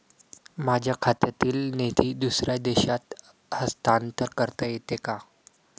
माझ्या खात्यातील निधी दुसऱ्या देशात हस्तांतर करता येते का?